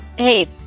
Hey